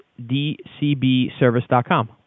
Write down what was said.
dcbservice.com